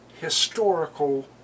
historical